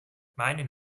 meinen